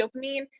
dopamine